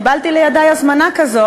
לפני כמה שבועות קיבלתי לידי הזמנה כזאת,